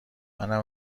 منم